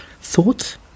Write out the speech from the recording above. Thoughts